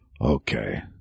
Okay